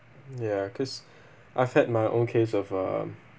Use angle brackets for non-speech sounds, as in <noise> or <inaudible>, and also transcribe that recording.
ya cause <breath> I've had my own case of um